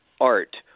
art